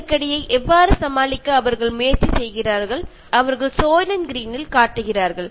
എങ്ങനെയാണ് അവർ ഈ ദുരന്തത്തെ അഭിമുഖീകരിച്ചതെന്നും ആണ് ഇതിൽ പറയുന്നത്